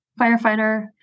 firefighter